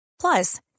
Plus